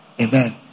Amen